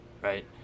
right